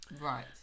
Right